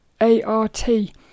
A-R-T